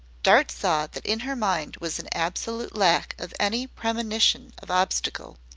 dart saw that in her mind was an absolute lack of any premonition of obstacle.